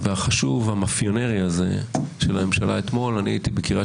החשוב והמפיונרי הזה של הממשלה אתמול אני הייתי בקריית